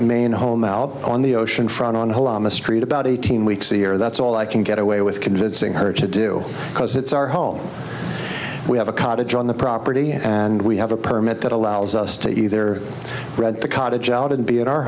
main home on the ocean front on the street about eighteen weeks a year that's all i can get away with convincing her to do because it's our home we have a cottage on the property and we have a permit that allows us to either read the cottage out and be in our